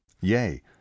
Yea